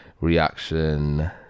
reaction